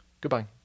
goodbye